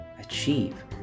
achieve